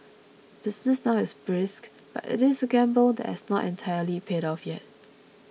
business now is brisk but it is a gamble that has not entirely paid off yet